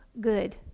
good